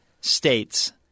states –